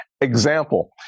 example